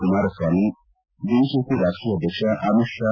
Kumaraswamy BJP ರಾಷ್ಟೀಯ ಅಧ್ಯಕ್ಷ ಅಮಿತಾ ಷಾ